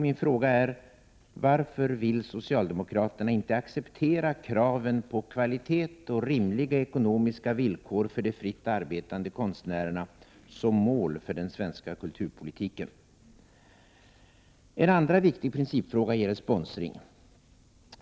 Min fråga är: Varför vill socialdemokraterna inte acceptera kraven på kvalitet och rimliga ekonomiska villkor för de fritt arbetande konstnärerna som mål för den svenska kulturpolitiken? En andra viktig principfråga gäller sponsring.